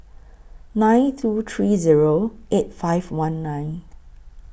nine two three Zero eight five one nine